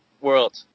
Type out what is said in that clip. world